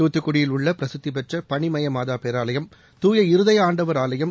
தூத்துக்குடியில் உள்ள பிரசித்தி பெற்ற பனிமய மாதா பேராலயம் தூய இருதய ஆண்டவர் ஆலயம்